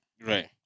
Right